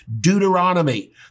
Deuteronomy